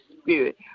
spirit